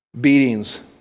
beatings